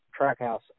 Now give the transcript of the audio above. Trackhouse